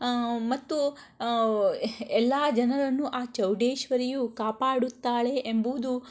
ಮತ್ತು ಎಲ್ಲ ಜನರನ್ನು ಆ ಚೌಡೇಶ್ವರಿಯು ಕಾಪಾಡುತ್ತಾಳೆ ಎಂಬುವುದು